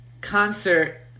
concert